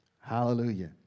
Hallelujah